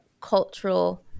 cultural